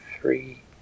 three